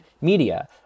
media